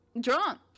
drunk